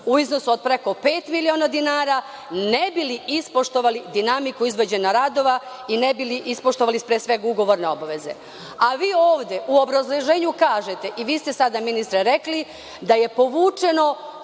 u iznosu od preko 5 miliona dinara ne bi li ispoštovali dinamiku izvođenja radova i ne bi li ispoštovali pre svega ugovorne obaveze. Vi ovde u obrazloženju kažete i vi ste sada ministre rekli, da je povučeno